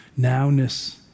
nowness